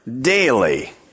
daily